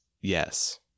Yes